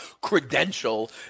credential